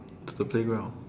to the playground